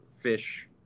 fish